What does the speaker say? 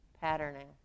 patterning